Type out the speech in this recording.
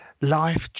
Life